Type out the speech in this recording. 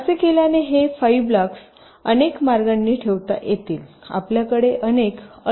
तर असे केल्याने हे 5 ब्लॉक्स अनेक मार्गांनी ठेवता येतील तर आपल्याकडे अनेक अल्टर्नेट फ्लोर प्लॅनिंग वरील असू शकतात